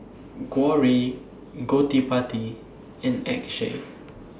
Gauri Gottipati and Akshay